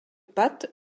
pattes